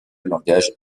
langage